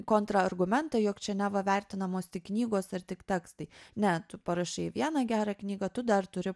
kontrargumentą jog čia neva vertinamos tik knygos ar tik tekstai ne tu parašai vieną gerą knygą tu dar turi